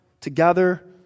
together